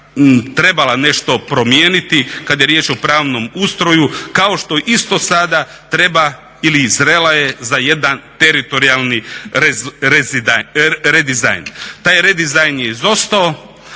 trebala nešto promijeniti kad je riječ o pravnom ustroju kao što isto sada treba ili zrela je za jedan teritorijalni redizajn. Taj redizajn je izostao,